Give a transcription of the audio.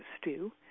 stew